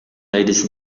ladies